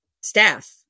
staff